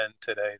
today